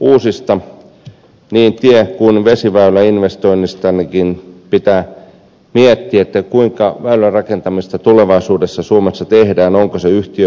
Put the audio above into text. niin uusissa tie kuin vesiväyläinvestoinneissakin pitää miettiä kuinka väylärakentamista tulevaisuudessa suomessa tehdään onko se yhtiöpohjaista